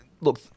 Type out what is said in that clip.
Look